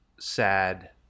sad